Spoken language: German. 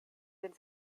den